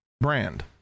brand